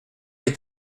est